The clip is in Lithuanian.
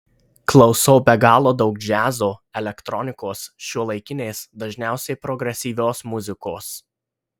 klausau be galo daug džiazo elektronikos šiuolaikinės dažniausiai progresyvios muzikos